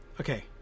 okay